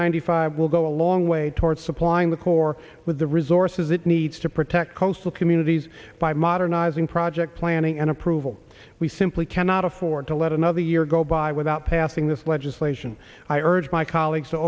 ninety five will go a long way toward supplying the corps with the resources it needs to protect coastal communities by modernizing project planning and approval we simply cannot afford to let another year go by without passing this legislation i urge my colleagues to